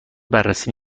بررسی